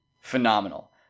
phenomenal